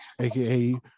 aka